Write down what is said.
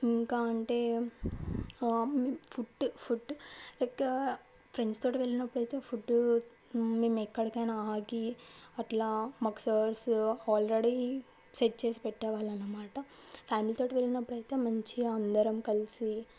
ఇంకా అంటే food food friends తోటి వెళ్ళినప్పుడు అయితే ఫుడ్ మేము ఎక్కడికైనా ఆగి అట్లా మాకు సార్సు ఆల్రెడీ సెట్ చేసి పెట్టేవాళ్ళు అనమాట ఫ్యామిలీ తోటి వెళ్ళినప్పుడు అయితే మంచిగా అందరం కలిసి